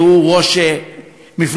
שהוא ראש מפלגתך,